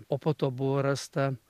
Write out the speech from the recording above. o po to buvo rasta